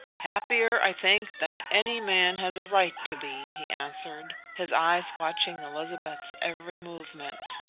happier, i think, than any man has a right to be, he answered, his eyes watching elizabeth's every movement.